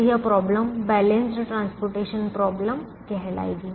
तो यह समस्या संतुलित परिवहन समस्या कहलाएगी